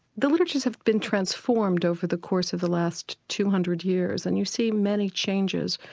the literatures have been transformed over the course of the last two hundred years and you see many changes.